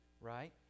right